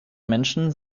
menschen